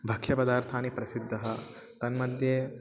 बाह्यपदार्थानि प्रसिद्धानि तन्मध्ये